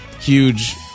huge